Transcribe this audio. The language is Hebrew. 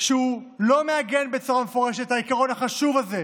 והוא לא מעגן בצורה מפורשת את העיקרון החשוב הזה,